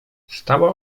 stała